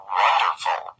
wonderful